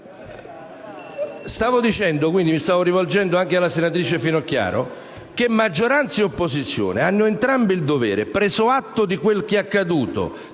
Stavo dicendo, e quindi mi stavo rivolgendo anche alla senatrice Finocchiaro, che maggioranza e opposizione hanno entrambe il dovere, preso atto di quanto è accaduto,